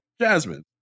Jasmine